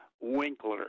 Winkler